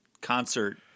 concert